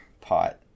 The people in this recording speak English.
pot